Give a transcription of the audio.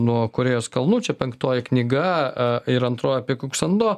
nuo korėjos kalnų čia penktoji knyga ir antroji apie kuksando